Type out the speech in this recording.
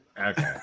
Okay